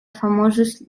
famosos